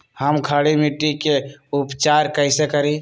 हम खड़ी मिट्टी के उपचार कईसे करी?